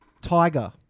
Tiger